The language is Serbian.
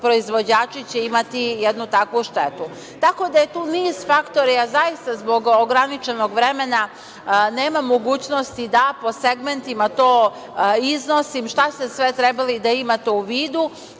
proizvođači će imati jednu takvu štetu. Tako da je tu niz faktora. Zaista zbog ograničenog vremena nemam mogućnosti da po segmentima to iznosim šta ste sve trebali da imate u vidu,